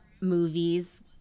movies